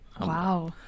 Wow